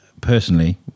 personally